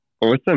Awesome